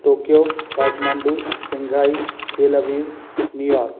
Tokyo Kathmandu Shanghai Tel Aviv New York